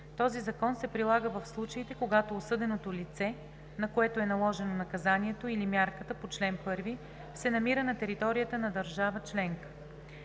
Този закон се прилага в случаите, когато осъденото лице, на което е наложено наказанието или мярката по чл. 1, се намира на територията на държава членка.